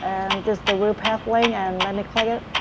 and that's the real path link and let me click it.